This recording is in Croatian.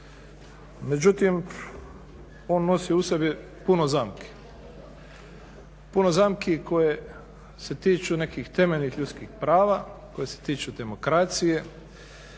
Međutim on nosi u sebi puno zamki. Puno zamki koje se tiču nekih temeljnih ljudskih prava, koje se tiču demokracije,